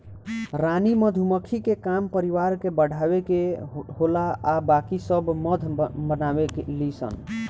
रानी मधुमक्खी के काम परिवार के बढ़ावे के होला आ बाकी सब मध बनावे ली सन